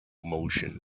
motion